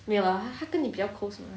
没有 lah 他跟你比较 close mah